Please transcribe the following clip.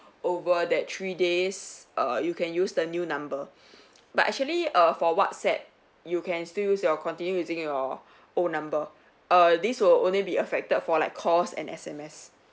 over that three days err you can use the new number but actually err for whatsapp you can still use your continue using your old number err this will only be affected for like calls and S_M_S